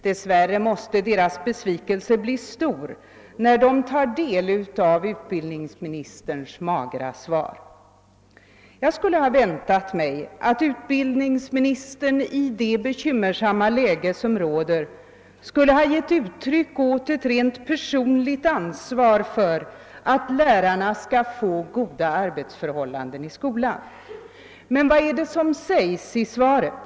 Dess värre måste deras besvikelse bli stor, när de tar del av utbildningsministerns magra svar. Jag hade väntat mig att utbildningsministern i det bekymmersamma läge som råder skulle ha gett uttryck åt ett rent personligt ansvar för att lärarna skall få goda arbetsförhållanden i skolan. Men vad är det som sägs i svaret?